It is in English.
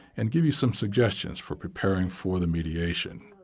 and give you some suggestions for preparing for the mediation.